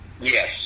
Yes